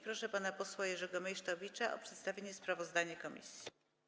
Proszę pana posła Jerzego Meysztowicza o przedstawienie sprawozdania komisji.